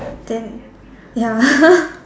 then ya